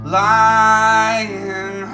lying